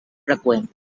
freqüent